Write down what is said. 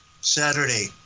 Saturday